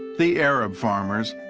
the arab farmers,